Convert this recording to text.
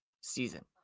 season